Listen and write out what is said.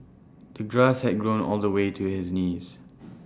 the grass had grown all the way to his knees